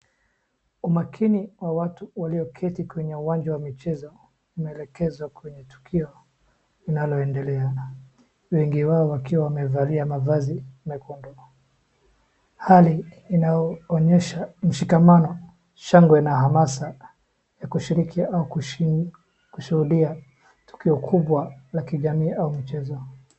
Umakini wa watu walioketi kwenye uwanja wa michezo, unaelekezwa kwenye tukio linaloendelea. Wengi wao wakiwa wamevalia mavazi na kuondoka. Hali inayoonyesha mshikamano, shangwe na hanasa ya kushuhudia tukio kubwa la kijamii au mchezo.